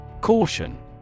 Caution